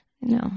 No